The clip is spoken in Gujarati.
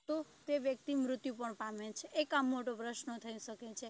તો તે વ્યક્તિ મૃત્યુ પણ પામે છે એક આ મોટો પ્રશ્ન થઈ શકે છે